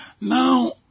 now